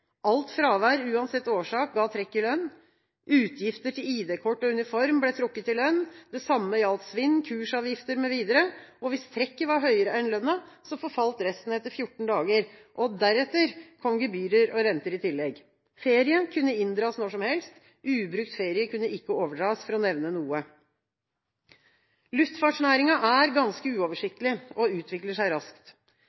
Alt fravær, uansett årsak, ga trekk i lønn. Utgifter til ID-kort og uniform ble trukket fra lønnen. Det samme gjaldt svinn, kursavgifter mv. Hvis trekket var høyere enn lønna, forfalt resten etter 14 dager. Deretter kom gebyrer og renter i tillegg. Ferien kunne inndras når som helst. Ubrukt ferie kunne ikke overføres – for å nevne noe. Luftfartsnæringa er ganske